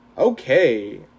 Okay